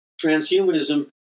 transhumanism